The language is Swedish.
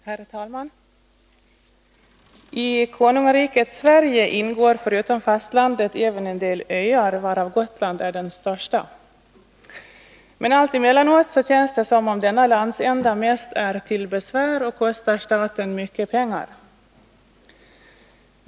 Herr talman! I konungariket Sverige ingår förutom fastlandet även en del öar, varav Gotland är den största. Men alltemellanåt känns det som om denna landsända mest är till besvär och kostar staten stora pengar.